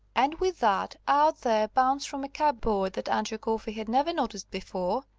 and with that, out there bounced from a cupboard that andrew coffey had never noticed before,